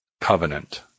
covenant